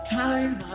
time